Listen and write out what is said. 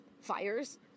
fires